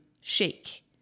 shake